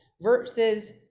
versus